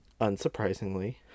unsurprisingly